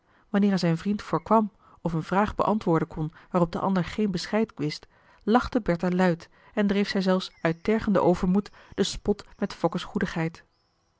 hij zijn vriend voorkwam of een vraag beantwoorden kon waarop de ander geen bescheid wist lachte bertha luid en dreef zij zelfs uit tergenden overmoed den spot met fokke's goedigheid